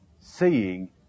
seeing